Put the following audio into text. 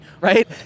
right